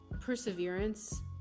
perseverance